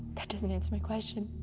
that doesn't answer my question.